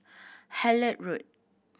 Hullet Road